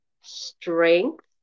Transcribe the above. strength